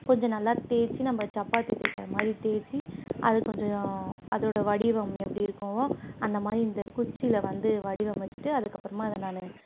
கொஞ்சம் நல்லா தேய்ச்சி நம்ம சப்பாத்தி தேய்க்கிற மாதிரி தேய்ச்சி அதை கொஞ்சம் அதோடய வடிவம் எப்படியிருக்குமோ அந்தமாதிரி இந்த குச்சியில் வந்து வடிவமைச்சிட்டு அதுக்கப்புறமா அதை நான்